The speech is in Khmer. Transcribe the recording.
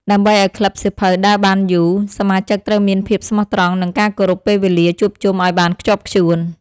ដើម្បីឱ្យក្លឹបសៀវភៅដើរបានយូរ សមាជិកត្រូវមានភាពស្មោះត្រង់ និងការគោរពពេលវេលាជួបជុំឱ្យបានខ្ជាប់ខ្ជួន។